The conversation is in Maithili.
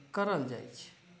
करल जाइ छै